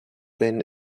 bin